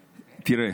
תראה,